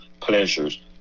pleasures